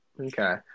Okay